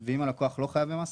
אם הלקוח לא חייב במס,